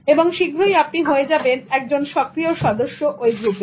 এবং শীঘ্রই আপনি হয়ে যাবেন একজন সক্রিয় সদস্য ওই গ্রুপের